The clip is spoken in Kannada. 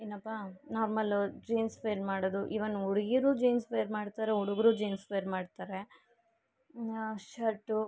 ಏನಪ್ಪಾ ನಾರ್ಮಲ್ ಜೀನ್ಸ್ ವೇರ್ ಮಾಡೋದು ಇವನ್ ಹುಡ್ಗಿರು ಜೀನ್ಸ್ ವೇರ್ ಮಾಡ್ತಾರೆ ಹುಡುಗ್ರು ಜೀನ್ಸ್ ವೇರ್ ಮಾಡ್ತಾರೆ ಶರ್ಟು